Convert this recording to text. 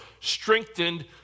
strengthened